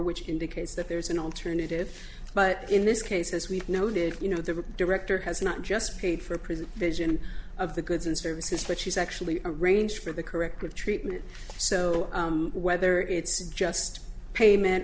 which indicates that there's an alternative but in this case as we've noted you know the director has not just paid for a prison vision of the goods and services but she's actually arrange for the correct with treatment so whether or it's just payment